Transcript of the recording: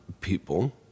people